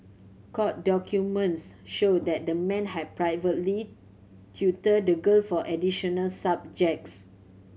court documents showed that the man had privately tutored the girl for additional subjects